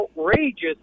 outrageous